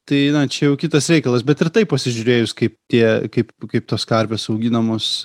tai na čia jau kitas reikalas bet ir tai pasižiūrėjus kaip tie kaip kaip tos karvės auginamos